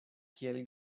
kiel